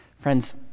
Friends